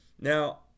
Now